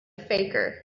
faker